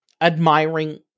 admiring